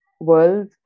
world